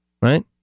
Right